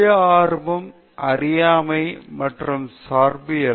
சுய ஆர்வம் அறியாமை மற்றும் சார்பியல்